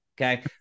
okay